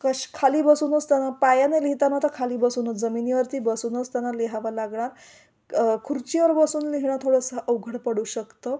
कश् खाली बसूनच त्यांना पायाने लिहिताना खाली बसूनच जमिनीवरती बसूनच त्यांना लिहाव लागणार खुर्चीवर बसून लिहिणं थोडंसं अवघड पडू शकतं